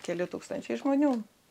keli tūkstančiai žmonių